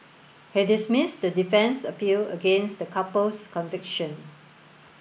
he dismissed the defence appeal against the couple's conviction